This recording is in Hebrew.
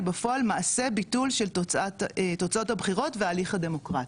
היא בפועל מעשה ביטול של תוצאת הבחירות וההליך הדמוקרטי".